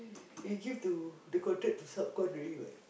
he give to the contract to subcon already what